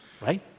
right